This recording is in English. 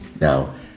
now